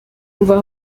umva